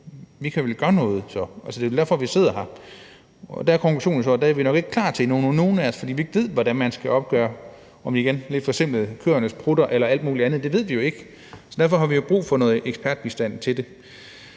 Vi kan vel gøre noget. Det er vel derfor, at vi sidder her. Der er konklusionen så, at det er nogle af os nok ikke klar til endnu, fordi vi ikke ved, hvordan man skal opgøre – og det er igen lidt forsimplet – køernes prutter og alt muligt andet. Det ved vi jo ikke. Derfor har vi jo brug for noget ekspertbistand. Jeg